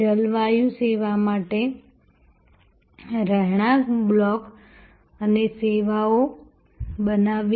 જલ વાયુ સેના માટે રહેણાંક બ્લોક અને સેવાઓ બનાવવી